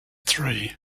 three